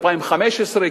2015,